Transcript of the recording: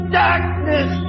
darkness